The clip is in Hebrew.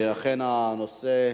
אכן הנושא,